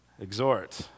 Exhort